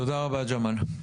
תודה רבה ג׳מאל.